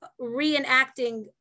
reenacting